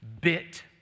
bit